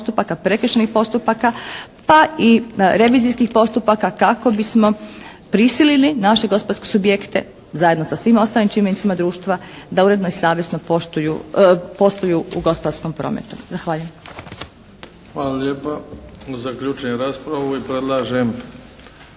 prekršajnih postupaka, pa i revizijskih postupaka kako bismo prisilili našeg gospodarske subjekte zajedno sa svima ostalim čimbenicima društva da uredno i savjesno posluju u gospodarskom prometu. Zahvaljujem. **Bebić, Luka (HDZ)** Hvala lijepa.